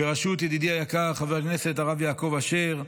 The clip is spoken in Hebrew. בראשות ידידי היקר חבר הכנסת הרב יעקב אשר,